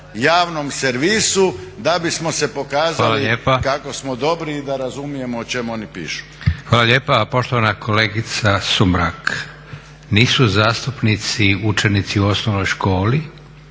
javnom servisu da bismo se pokazali kako smo dobri i da razumijemo o čemu oni pišu.